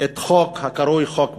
את החוק הקרוי "חוק פראוור".